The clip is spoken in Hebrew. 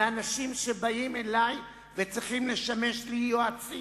זה אנשים שבאים אלי וצריכים לשמש לי יועצים.